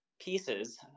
pieces